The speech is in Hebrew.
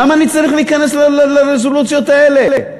למה אני צריך להיכנס לרזולוציות האלה?